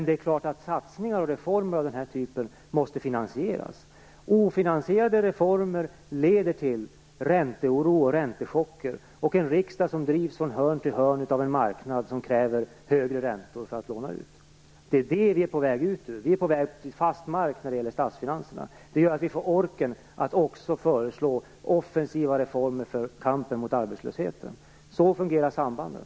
Det är klart att satsningar och reformer av den här typen måste finansieras. Ofinansierade reformer leder till ränteoro och räntechocker och till en riksdag som drivs från hörn till hörn av en marknad som kräver högre räntor för utlåning av pengar. Det är detta som vi är på väg ut ur. Vi är på väg att få fast mark när det gäller statsfinanserna. Det gör att vi får orken att också föreslå offensiva reformer för kampen mot arbetslösheten. Så fungerar sambanden.